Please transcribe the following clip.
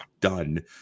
done